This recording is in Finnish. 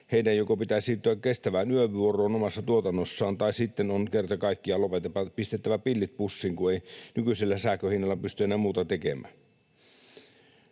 heidän joko pitää siirtyä yövuoroon omassa tuotannossaan tai sitten on kerta kaikkiaan lopetettava, pistettävä pillit pussiin, kun ei nykyisellä sähkön hinnalla pysty enää muuta tekemään.